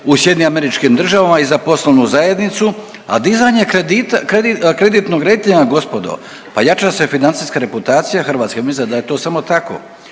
brinemo za Hrvate u SAD-u i za poslovnu zajednicu, a dizanje kredita, kreditnog rejtinga gospodo pa jača se financijska reputacija Hrvatske. Mislite da je to samo tako.